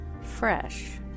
fresh